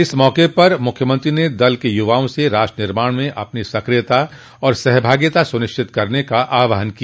इस मौके पर मुख्यमंत्री ने दल के युवाओं से राष्ट्र निर्माण में अपनी सक्रियता एवं सहभागिता सुनिश्चित करने का आहवान किया